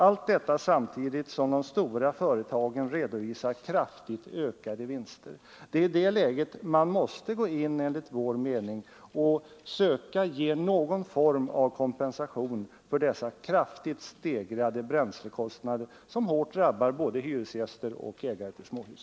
Allt detta händer samtidigt som de stora företagen redovisar kraftigt ökade vinster. I det läget måste man enligt vår mening gå in och söka ge någon form av kompensation för dessa kraftigt stegrade bränslekostnader, som hårt drabbar både hyresgäster och ägare till småhus.